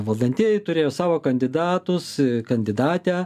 valdantieji turėjo savo kandidatus kandidatę